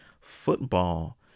football